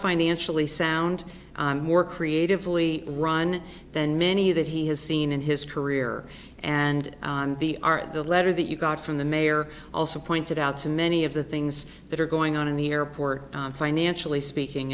financially sound more creatively run than many that he has seen in his career and the are the letter that you got from the mayor also pointed out to many of the things that are going on in the airport financially speaking